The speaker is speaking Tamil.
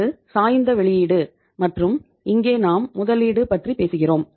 இது சாய்ந்த வெளியீடு மற்றும் இங்கே நாம் முதலீடு பற்றி பேசுகிறோம்